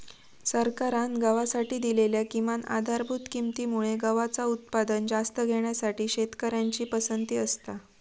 सरकारान गव्हासाठी दिलेल्या किमान आधारभूत किंमती मुळे गव्हाचा उत्पादन जास्त घेण्यासाठी शेतकऱ्यांची पसंती असता